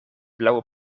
blauwe